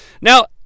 Now